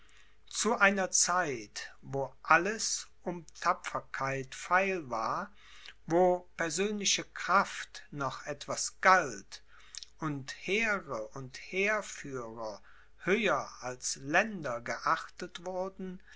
zu einer zeit wo alles um tapferkeit feil war wo persönliche kraft noch etwas galt und heere und heerführer höher als länder geachtet wurden